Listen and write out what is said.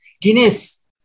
Guinness